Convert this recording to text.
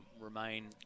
remain